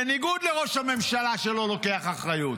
בניגוד לראש הממשלה שלא לוקח אחריות.